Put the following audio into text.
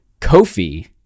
Kofi